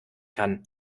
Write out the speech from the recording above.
kann